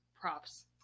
props